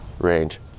range